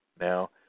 Now